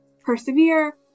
persevere